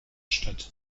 statt